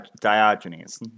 Diogenes